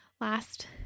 last